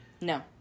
No